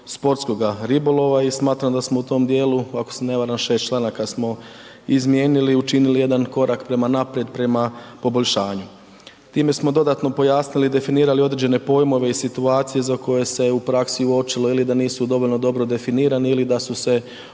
sportskoga ribolova i smatram da smo u tom dijelu, ako se ne varam, 6 članaka smo izmijenili i učinili jedan korak prema naprijed prema poboljšanju. Time smo dodatno pojasnili i definirali određene pojmove i situacije za koje se u praksi uočilo ili da nisu dovoljno dobro definirane ili da su se